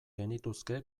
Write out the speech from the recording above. genituzke